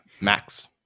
Max